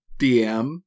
DM